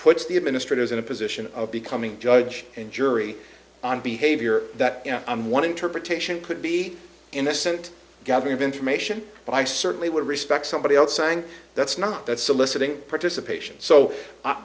puts the administrators in a position of becoming judge and jury on behavior that you know i'm one interpretation could be in the senate gallery of information but i certainly would respect somebody else saying that's not that's soliciting participation so i